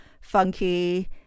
funky